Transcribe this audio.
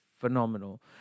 phenomenal